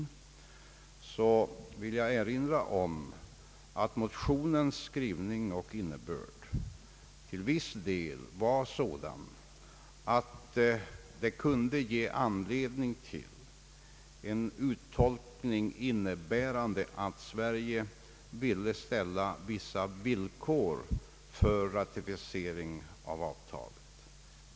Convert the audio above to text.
Jag vill erinra om att motionens skrivning och innebörd till viss del var sådan att den kunde ge anledning till en uttolkning, innebärande att Sverige ville ställa vissa villkor för ratificeringen av avtalet.